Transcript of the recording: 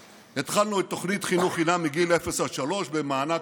התחלנו את תוכנית חינוך חינם מגיל אפס עד שלוש במענק